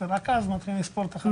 ורק אז מתחילים לספור את החמישה ימים.